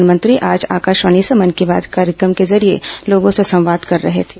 प्रधानमंत्री आज आकाशवाणी से मन की बात के जरिए लोगों से संवाद कर रहे थे